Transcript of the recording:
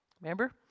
Remember